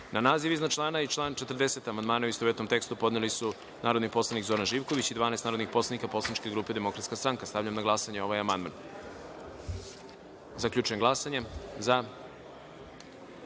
naziv iznad člana i član 39. amandmane, u istovetnom tekstu, podneli su narodni poslanik Zoran Živković i 12 narodnih poslanika poslaničke grupe Demokratska stranka. Stavljam na glasanje ovaj amandman. Zaključujem glasanje i